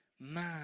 man